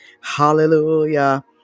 Hallelujah